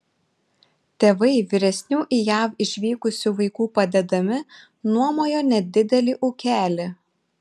tėvai vyresnių į jav išvykusių vaikų padedami nuomojo nedidelį ūkelį